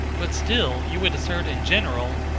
but still you would assert in general,